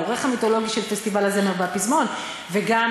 העורך המיתולוגי של פסטיבל הזמר והפזמון וגם